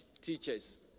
teachers